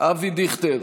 אבי דיכטר,